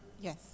Yes